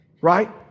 right